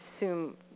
assume